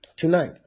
tonight